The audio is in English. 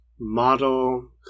model